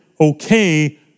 okay